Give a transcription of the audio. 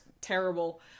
terrible